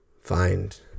find